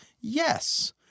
Yes